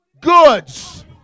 goods